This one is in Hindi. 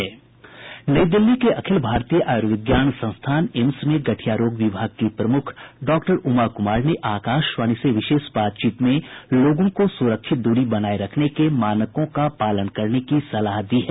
नई दिल्ली के अखिल भारतीय आयुर्विज्ञान संस्थान एम्स में गठिया रोग विभाग की प्रमुख डॉक्टर उमा कुमार ने आकाशवाणी से विशेष बातचीत में लोगों को सुरक्षित दूरी बनाए रखने के मानकों का पालन करने की सलाह दी है